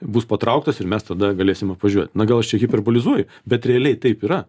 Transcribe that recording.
bus patrauktas ir mes tada galėsim apvažiuot na gal aš čia hiperbolizuoju bet realiai taip yra